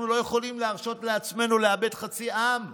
אנחנו לא יכולים להרשות לעצמנו לאבד חצי עם.